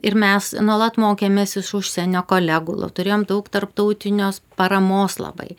ir mes nuolat mokėmės iš užsienio kolegų turėjom daug tarptautinios paramos labai